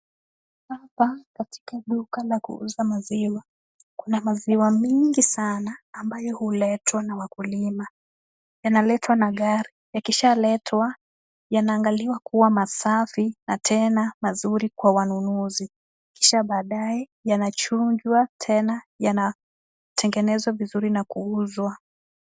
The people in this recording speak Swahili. Hapa katika duka la kuuza maziwa, kuna maziwa mingi sana ambayo huletwa na wakulima, yanaletwa na gari, yakishaletwa yanaangaliwa kuwa safi na tena nzuri kwa wanunuzi, kisha baadaye yanachungwa, tena yanatengenezwa vizuri na kuuzwa.